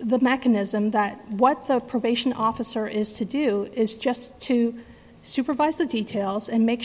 the mechanism that what the probation officer is to do is just to supervise the details and make